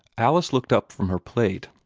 alice looked up from her plate,